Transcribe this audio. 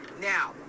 Now